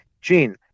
Gene